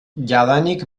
jadanik